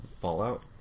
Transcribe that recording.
Fallout